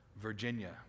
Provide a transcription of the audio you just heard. Virginia